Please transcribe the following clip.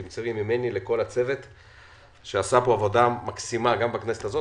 תמסרי תודה ממני לכל הצוות שעשה עבודה מקסימה בכנסת הזאת,